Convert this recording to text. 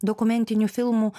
dokumentinių filmų